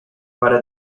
para